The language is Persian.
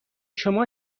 شما